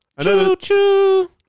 Choo-choo